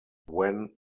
when